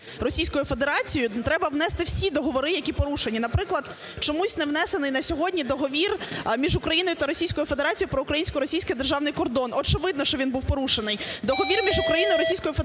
Російською Федерацією, треба внести всі договори, які порушені. Наприклад, чомусь не внесений на сьогодні договір між Україною та Російською Федерацією про українсько-російський державний кордон. Очевидно, що він був порушений. Договір між Україною і Російською Федерацією